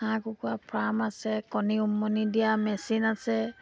হাঁহ কুকুৰা ফাৰ্ম আছে কণী উমনি দিয়া মেচিন আছে